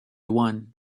one